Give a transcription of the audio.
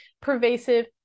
pervasive